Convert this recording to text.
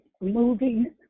Moving